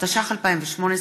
התשע"ח 2018,